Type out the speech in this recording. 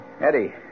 Eddie